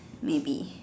maybe